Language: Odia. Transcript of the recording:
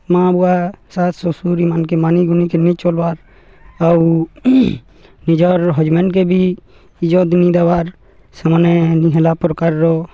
ମାଆ ବୁଆ ଶାଶ ଶ୍ୱଶୁର ଏମାନକେ ମାନିଗୁନିକିର୍ ନେଇ ଚଲବାର୍ ଆଉ ନିଜର ହଜବେେଣ୍ଡକେ ବି ଇଜତ୍ ନେଇଦବାର୍ ସେମାନେ ନି ହେଲା ପ୍ରକାରର